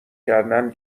کردن